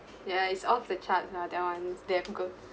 ya is off the charts lah that one is damn good